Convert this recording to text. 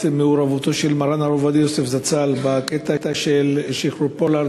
מעורבותו של מרן הרב עובדיה יוסף זצ"ל בקטע של שחרור פולארד,